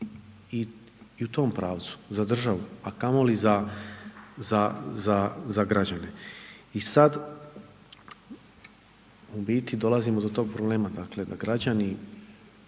i u tom pravcu za državu a kamoli za građane. I sad u biti dolazimo do tog problema dakle da građani